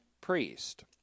priest